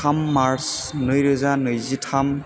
थाम मार्च नै रोजा नैजि थाम